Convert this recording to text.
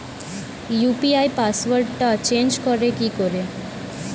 UPI পাসওয়ার্ডটা change করে কি করে?